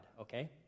okay